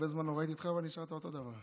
הרבה זמן לא ראיתי אותך, ונשארת אותו דבר.